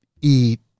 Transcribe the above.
eat